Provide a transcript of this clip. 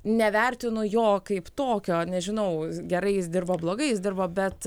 nevertinu jo kaip tokio nežinau gerai jis dirbo blogai jis dirbo bet